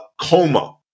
coma